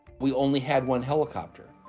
we only had one helicopter.